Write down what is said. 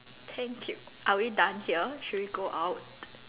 thank you are we done here should we go out